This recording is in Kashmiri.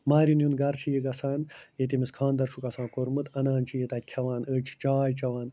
مَہریٚنۍ ہُنٛد گَرٕ چھِ یہِ گژھان ییٚتہِ أمِس خانٛدَر چھُکھ آسان کوٚرمُت اَنان چھِ یہِ تَتہِ کھٮ۪وان أڑۍ چھِ چاے چٮ۪وان